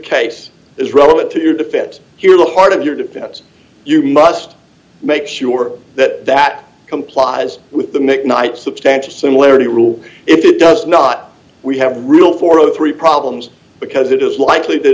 case is relevant to your defense here look part of your defense you must make sure that that complies with the mic night substantial similarity rule if it does not we have a rule for three problems because it is likely that